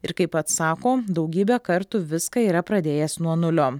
ir kaip pats sako daugybę kartų viską yra pradėjęs nuo nulio